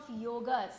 yogas